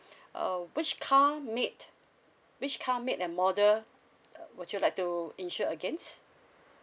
uh which car make which car make and model uh would you like to insure against